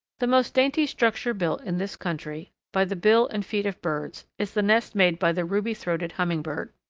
the most dainty structure built, in this country, by the bill and feet of birds, is the nest made by the ruby-throated hummingbird.